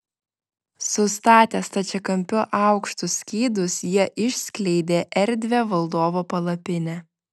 sustatę stačiakampiu aukštus skydus jie išskleidė erdvią valdovo palapinę